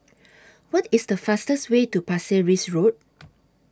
What IS The fastest Way to Pasir Ris Road